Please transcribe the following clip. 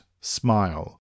smile